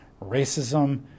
racism